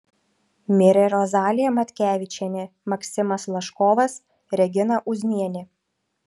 mirė rozalija matkevičienė maksimas laškovas regina uznienė